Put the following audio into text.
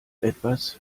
etwas